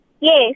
Yes